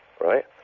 right